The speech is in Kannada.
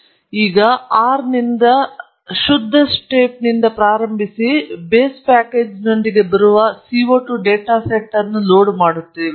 ಮತ್ತೊಮ್ಮೆ ನಾವು R ನಿಂದ ಶುದ್ಧ ಸ್ಲೇಟ್ನಿಂದ ಪ್ರಾರಂಭಿಸಿ ಮತ್ತು ಬೇಸ್ ಪ್ಯಾಕೇಜ್ನೊಂದಿಗೆ ಬರುವ CO 2 ಡೇಟಾ ಸೆಟ್ ಅನ್ನು ಲೋಡ್ ಮಾಡುತ್ತೇವೆ